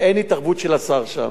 ואין התערבות של השר שם.